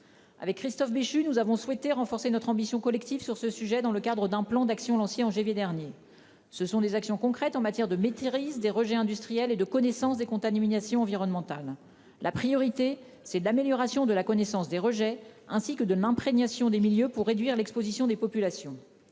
Avec Christophe Béchu. Nous avons souhaité renforcer notre ambition collective sur ce sujet dans le cadre d'un plan d'action lancée en janvier dernier. Ce sont des actions concrètes en matière de maîtrise des rejets industriels et de connaissance des contaminations environnementales. La priorité, c'est de l'amélioration de la connaissance des rejets ainsi que de l'imprégnation des milieux pour réduire l'Exposition des populations.